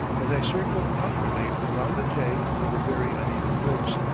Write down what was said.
as i circle awkwardly around the tank over very uneven bricks,